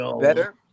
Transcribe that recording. better